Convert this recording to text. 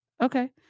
okay